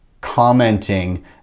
commenting